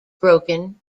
broken